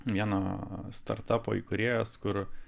vieno startapo įkūrėjas kur